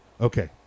okay